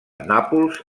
nàpols